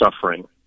suffering